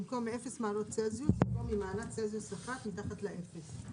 במקום "מאפס מעלות צלסיוס" יבוא "ממעלת צלסיוס אחת מתחת לאפס";